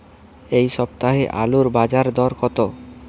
এ সপ্তাহে আলুর বাজার দর কত?